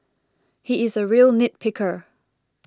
he is a real nit picker